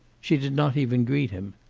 she did not even greet him.